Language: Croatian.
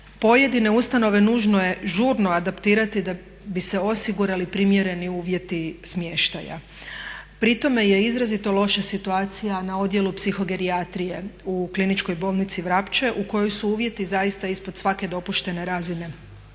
Pojedine ustanove nužno je žurno adaptirati da bi se osigurali primjereni uvjeti smještaja. Pri tome je izrazito loša situacija na odjelu psihogerijatrije u Kliničkoj bolnici Vrapče u kojoj su uvjeti zaista ispod svake dopuštene razine.